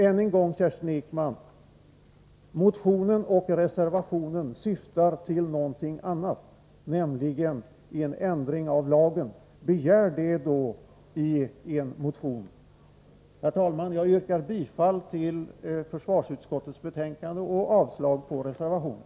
Än en gång, Kerstin Ekman: Motionen och reservationen syftar till någonting annat, nämligen en ändring av lagen. Begär då det i en motion! Herr talman! Jag yrkar bifall till hemställan i försvarsutskottets betänkande och avslag på reservationen.